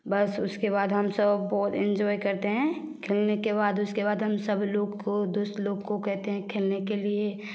बस उसके बाद हम सब बहुत एँजॉय करते हैं खेलने के बाद उसके बाद हम सब लोग को दूसरे लोग को कहते हैं खेलने के लिए